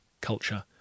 culture